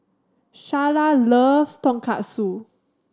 Sharla loves Tonkatsu